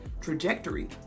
trajectory